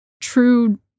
true